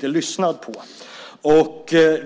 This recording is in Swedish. Då lyssnar ingen.